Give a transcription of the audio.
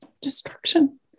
destruction